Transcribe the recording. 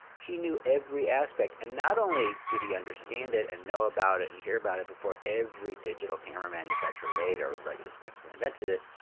he knew every aspect. and not only did he understand it and know about it and hear about it before every digital camera manufacturer, later, in retrospect, who invented it,